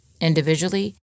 individually